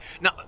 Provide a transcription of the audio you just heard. Now